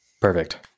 perfect